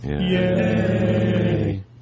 Yay